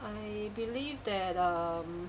I believe that um